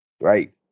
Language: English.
right